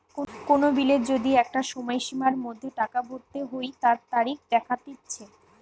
কোন বিলের যদি একটা সময়সীমার মধ্যে টাকা ভরতে হই তার তারিখ দেখাটিচ্ছে